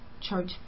church